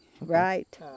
Right